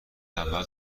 اول